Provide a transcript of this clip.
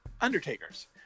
Undertakers